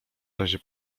razie